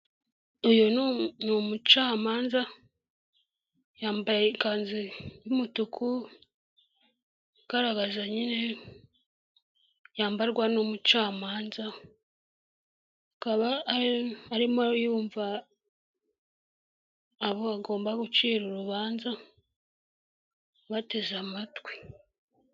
Uyu ni umucamanza yambaye ikanzu y'umutuku, ugaragaza nyine yambarwa n'umucamanza, akaba arimo yumva abo agomba gucira urubanza abateze amatwi.